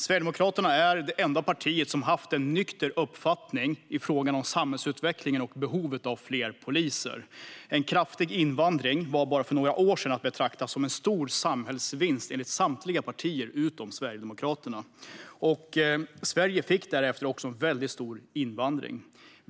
Sverigedemokraterna är det enda partiet som har haft en nykter uppfattning i frågan om samhällsutvecklingen och behovet av fler poliser. En kraftig invandring var enligt samtliga partier utom Sverigedemokraterna bara för några år sedan att betrakta som en stor samhällsvinst. Sverige fick därefter också en väldigt stor invandring.